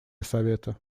совета